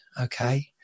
Okay